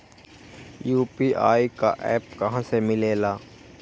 UPI का app कहा से मिलेला?